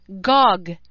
GOG